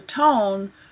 tone